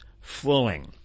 flowing